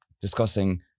discussing